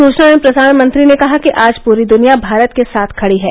सूचना एवं प्रसारण मंत्री ने कहा कि आज पूरी दुनिया भारत के साथ खड़ी है